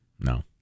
no